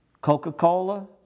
Coca-Cola